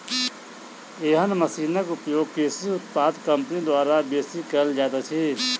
एहन मशीनक उपयोग कृषि उत्पाद कम्पनी द्वारा बेसी कयल जाइत अछि